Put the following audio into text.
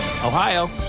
Ohio